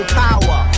power